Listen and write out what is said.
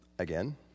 Again